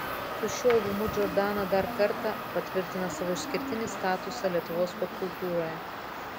su šiuo albumu džordana dar kartą patvirtina savo išskirtinį statusą lietuvos popkultūroje